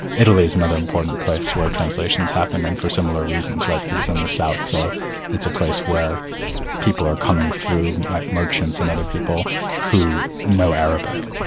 italy's another important place where translations happen, and for similar reasons, right, because it's in um the south, so it's a place where people are coming through, like merchants and other people who know arabic.